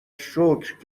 شکر